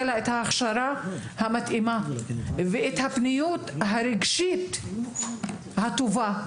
לה את ההכשרה המתאימה ואת הפניות הרגשית הטובה,